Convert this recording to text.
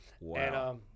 Wow